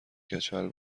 کچل